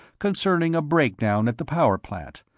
concerning a breakdown at the power plant,